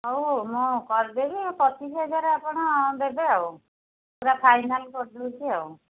ହଉ ହଉ ମୁଁ କରିଦେବି ଆଉ ପଚିଶ ହଜାର ଆପଣ ଦେବେ ଆଉ ପୂରା ଫାଇନାଲ୍ କରିଦେଉଛି ଆଉ